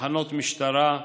תחנות משטרה,